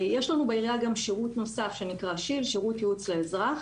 יש לנו בעירייה גם שירות נוסף שנקרא שי"ל - שירות ייעוץ לאזרח.